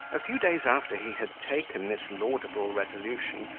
a few days after he had taken this laudable resolution,